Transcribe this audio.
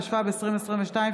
התשפ"ב 2022,